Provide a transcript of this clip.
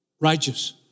righteous